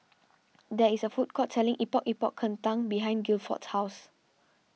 there is a food court selling Epok Epok Kentang behind Gilford's house